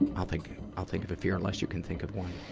i'll think, i'll think of a fear, unless you can think of one.